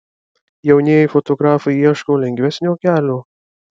jaunieji fotografai ieško lengvesnio kelio